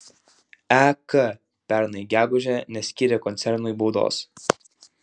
ek pernai gegužę neskyrė koncernui baudos